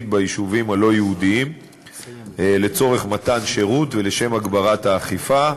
ביישובים הלא-יהודיים לצורך מתן שירות ולשם הגברת האכיפה.